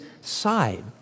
side